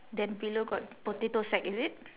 then below got potato sack is it